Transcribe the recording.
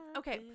okay